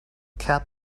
cat